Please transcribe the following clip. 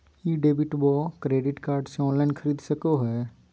ई debit बोया credit card से online खरीद सको हिए?